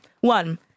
One